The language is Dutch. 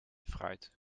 fruit